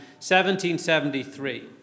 1773